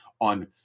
on